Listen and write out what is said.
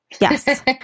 Yes